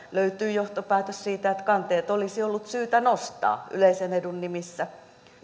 löytyi johtopäätös siitä että kanteet olisi ollut syytä nostaa yleisen edun nimissä